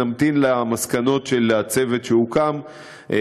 נמתין למסקנות הצוות שהוקם כדי